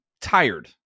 tired